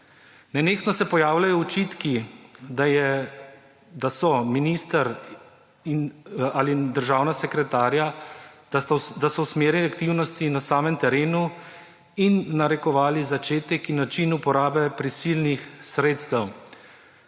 Nenehno se pojavljajo očitki, da so minister ali državna sekretarja usmerjali aktivnosti na samem terenu in narekovali začetek in način uporabe prisilnih sredstev.